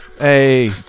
Hey